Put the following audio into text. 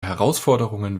herausforderungen